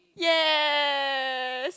yes